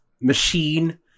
machine